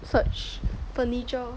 search furniture